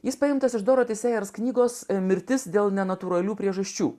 jis paimtas iš doro teisėjams knygos mirtis dėl nenatūralių priežasčių